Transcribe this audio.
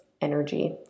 energy